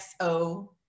XO